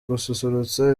gususurutsa